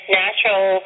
natural